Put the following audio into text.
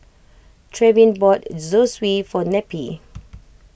Trevin bought Zosui for Neppie